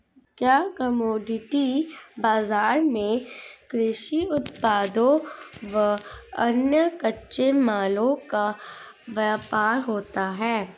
क्या कमोडिटी बाजार में कृषि उत्पादों व अन्य कच्चे मालों का व्यापार होता है?